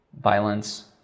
violence